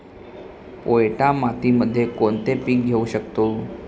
पोयटा मातीमध्ये कोणते पीक घेऊ शकतो?